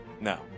No